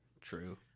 True